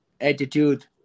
attitude